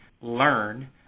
learn